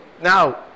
Now